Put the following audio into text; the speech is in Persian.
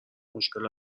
مشکل